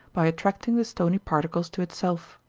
by attracting the stony particles to itself.